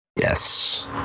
Yes